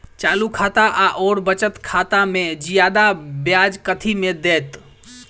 चालू खाता आओर बचत खातामे जियादा ब्याज कथी मे दैत?